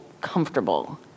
comfortable